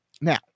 Now